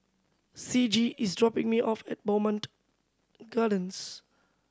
Ciji is dropping me off at Bowmont Gardens